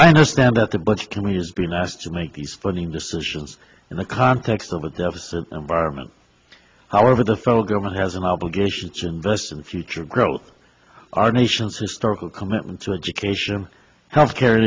i understand that the budget committee is being asked to make these funding decisions in the context of a deficit environment however the federal government has an obligation to invest in the future growth our nation's historical commitment to education health care